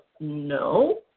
No